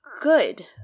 good